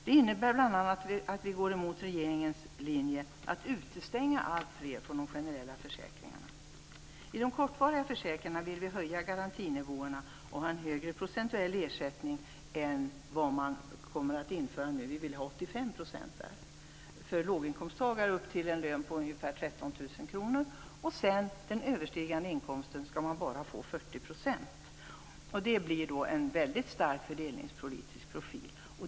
Det innebär bl.a. att vi går emot regeringens linje att utestänga alltfler från de generella försäkringarna. I fråga om de kortvariga försäkringarna vill vi höja garantinivåerna och ha en högre procentuell ersättning än vad man nu kommer att införa. Där vill vi nämligen ha 85 % för låginkomsttagare med en lön på upp till ungefär 13 000 kr. För den överstigande inkomsten gäller endast 40 %. Det blir då en väldigt stark fördelningspolitisk profil.